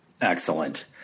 Excellent